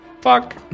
Fuck